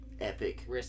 epic